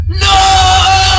No